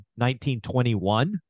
1921